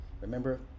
Remember